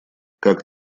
как